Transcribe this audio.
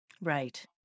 Right